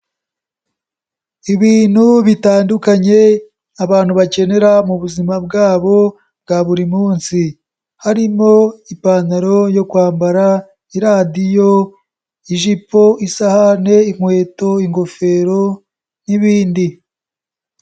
Ibintu bitandukanye abantu bakenera mu buzima bwabo bwa buri munsi, harimo ipantaro yo kwambara, iradiyo, ijipo, isahane, inkweto, ingofero n'ibindi.